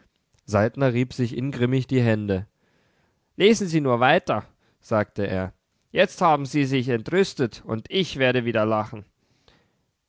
saltner rieb sich ingrimmig die hände lesen sie nur weiter sagte er jetzt haben sie sich entrüstet und ich werde wieder lachen